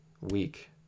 week